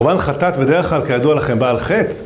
כמובן חטאת בדרך כלל כידוע לכם בעל חטא